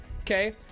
Okay